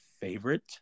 favorite